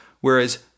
whereas